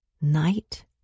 night